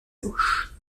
gauche